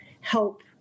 help